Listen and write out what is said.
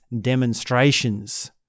demonstrations